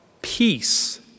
Peace